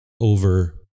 over